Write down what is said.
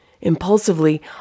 Impulsively